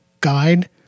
guide